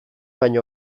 baino